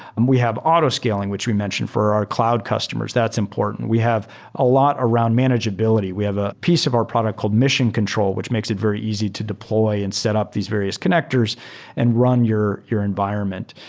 and we have auto scaling, which we mention for our cloud customers. that's important. we have a lot around manageability. we have a piece of our product called mission control, which makes it very easy to deploy and set up these various connectors and run your your environment.